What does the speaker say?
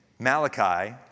Malachi